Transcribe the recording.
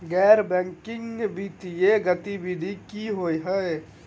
गैर बैंकिंग वित्तीय गतिविधि की होइ है?